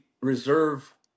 reserve